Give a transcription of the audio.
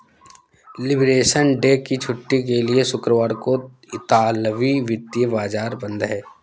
liberation day की छुट्टी के लिए शुक्रवार को इतालवी वित्तीय बाजार बंद हैं